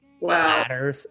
Wow